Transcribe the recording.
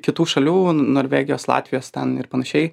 kitų šalių norvegijos latvijos ten ir panašiai